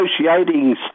negotiating